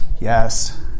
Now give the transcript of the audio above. Yes